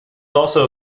also